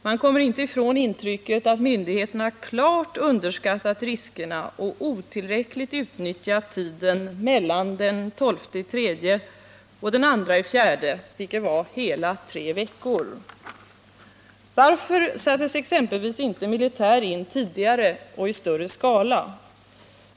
Man kommer inte ifrån intrycket att myndigheterna klart underskattat riskerna och otillräckligt utnyttjat tiden mellan den 12 mars och den 2 april — det var hela tre veckor. Varför sattes exempelvis inte militär in tidigare och i större skala?